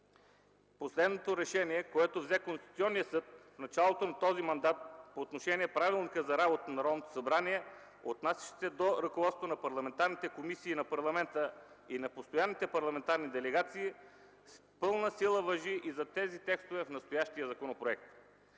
последното решение, което взе Конституционният съд в началото на този мандат по отношение Правилника за работа на Народното събрание, отнасящ се до ръководството на парламентарните комисии, на парламента и на постоянните парламентарни делегации, то с пълна сила важи и за тези текстове в настоящия законопроект.